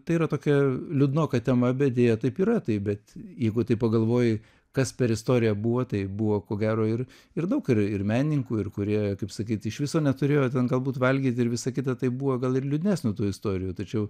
tai yra tokia liūdnoka tema bet deja taip yra tai bet jeigu taip pagalvoji kas per istoriją buvo tai buvo ko gero ir ir daug ir ir menininkų ir kurie kaip sakyt iš viso neturėjo ten galbūt valgyt ir visa kita tai buvo gal ir liūdnesnių tų istorijų tačiau